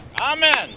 Amen